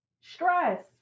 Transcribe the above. stress